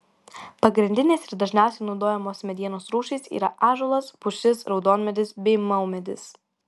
pagrindinės ir dažniausiai naudojamos medienos rūšys yra ąžuolas pušis raudonmedis bei maumedis